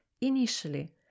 initially